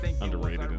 underrated